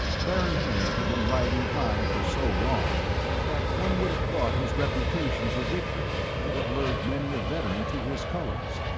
baron haer had been riding high for so long that one would have thought his reputation for victory would have lured many a veteran to his colors.